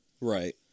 Right